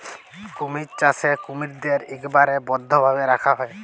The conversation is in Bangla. কুমির চাষে কুমিরদ্যার ইকবারে বদ্ধভাবে রাখা হ্যয়